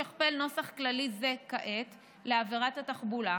לשכפל נוסח כללי זה לעבירת התחבולה,